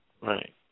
Right